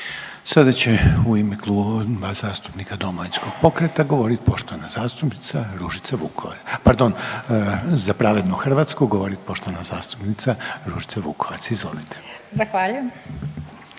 Sada će u ime Kluba zastupnika Domovinskog pokreta govoriti poštovana zastupnica Ružica Vukovac. Pardon. Za pravednu Hrvatsku govorit će poštovana zastupnica Ružica Vukovac. Izvolite. **Vukovac,